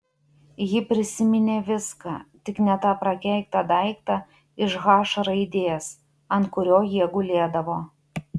ji prisiminė viską tik ne tą prakeiktą daiktą iš h raidės ant kurio jie gulėdavo